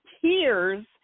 tears